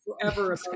forever